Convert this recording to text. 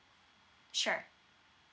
sure